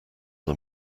are